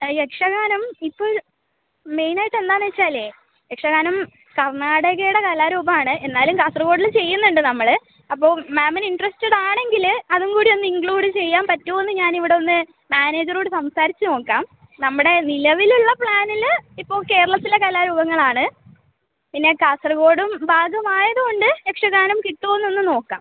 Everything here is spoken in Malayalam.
ആ യക്ഷഗാനം ഇപ്പോൾ മെയിനായിട്ട് എന്നാന്ന് വെച്ചാലേ യക്ഷഗാനം കർണാടകയുടെ കലാരൂപമാണ് എന്നാലും കാസർഗോഡിൽ ചെയ്യുന്നണ്ട് നമ്മൾ അപ്പോൾ മാമിന് ഇൻ്ററസ്റ്റഡ് ആണെങ്കിൽ അതും കൂടി ഒന്ന് ഇൻക്ലൂഡ് ചെയ്യാൻ പറ്റുമോയെന്ന് ഞാൻ ഇവിടെ ഒന്ന് മാനേജറോട് സംസാരിച്ച് നോക്കാം നമ്മുടെ നിലവിലുള്ള പ്ലാനിൽ ഇപ്പോൾ കേരളത്തിലെ കലാരൂപങ്ങളാണ് പിന്നെ കാസർഗോഡും ഭാഗം ആയത് കൊണ്ട് യക്ഷഗാനം കിട്ടുമോയെന്ന് ഒന്ന് നോക്കാം